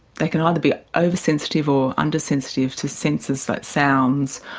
they can either be oversensitive or under-sensitive to senses like sounds,